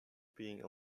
being